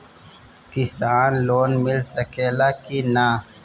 किसान लोन मिल सकेला कि न?